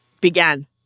began